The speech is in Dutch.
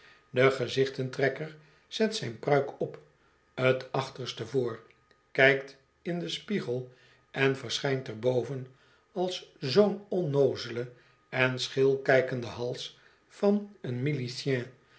de gezichten trekker zet zijn pruik op t achterste voor kijkt inden spiegel en verschijnt er boven als zoo'n onnoozele en scheelkijkende hals van een